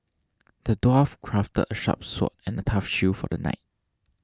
the dwarf crafted a sharp sword and a tough shield for the knight